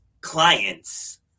clients